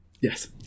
Yes